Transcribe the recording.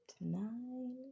nine